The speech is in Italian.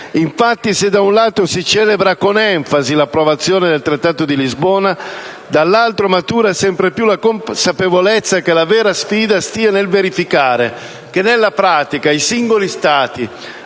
Infatti, se da un lato si celebra con enfasi l'approvazione del Trattato di Lisbona, dall'altro matura sempre più la consapevolezza che la vera sfida stia nel verificare che nella pratica i singoli Stati